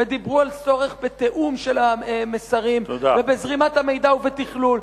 ודיברו על צורך בתיאום של המסרים ובזרימת המידע ובתכלול,